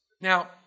Now